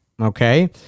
Okay